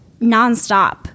nonstop